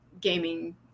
gaming